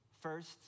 First